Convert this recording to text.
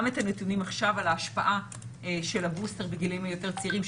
גם את הנתונים עכשיו על ההשפעה של הבוסטר בגילים היותר צעירים,